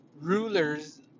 rulers